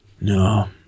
no